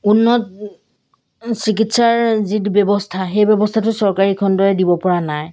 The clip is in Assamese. উন্নত চিকিৎসাৰ যি ব্যৱস্থা সেই ব্যৱস্থাটো চৰকাৰী খণ্ডই দিবপৰা নাই